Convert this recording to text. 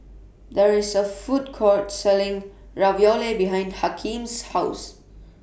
There IS A Food Court Selling Ravioli behind Hakeem's House